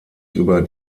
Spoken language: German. über